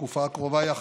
בתקופה הקרובה היא אחת: